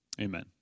amen